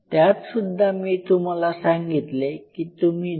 त्यात सुद्धा मी तुम्हाला सांगितले की तुम्ही डी